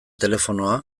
telefonoa